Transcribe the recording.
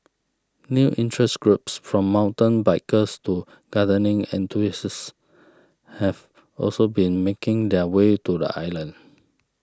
new interest groups from mountain bikers to gardening enthusiasts have also been making their way to the island